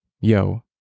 yo